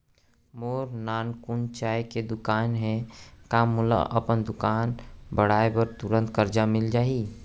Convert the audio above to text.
मोर नानकुन चाय के दुकान हे का मोला अपन दुकान बढ़ाये बर तुरंत करजा मिलिस जाही?